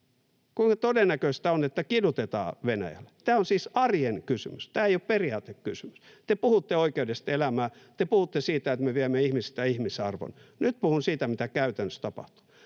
Kuinka todennäköistä on, että kidutetaan Venäjällä? Tämä on siis arjen kysymys, tämä ei ole periaatekysymys. Te puhutte oikeudesta elämään, te puhutte siitä, että me viemme ihmisiltä ihmisarvon. Nyt puhun siitä, mitä käytännössä tapahtuu.